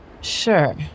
Sure